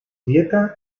dieta